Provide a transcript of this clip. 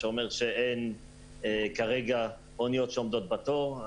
שאומר שאין כרגע אוניות שעומדות בתור.